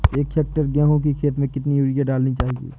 एक हेक्टेयर गेहूँ की खेत में कितनी यूरिया डालनी चाहिए?